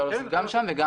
גם כאן וגם שם.